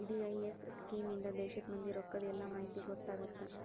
VDIS scheme ಇಂದಾ ದೇಶದ್ ಮಂದಿ ರೊಕ್ಕದ್ ಎಲ್ಲಾ ಮಾಹಿತಿ ಗೊತ್ತಾಗತ್ತ